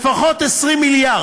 זה,